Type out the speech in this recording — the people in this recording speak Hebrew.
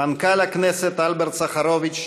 מנכ"ל הכנסת אלברט סחרוביץ,